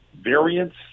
variants